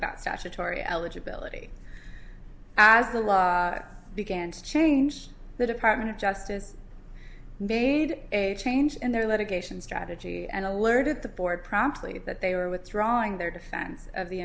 about statutory eligibility as the law began to change the department of justice made a change in their litigation strategy and alerted the board promptly that they were withdrawing their defense of the